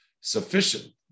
sufficient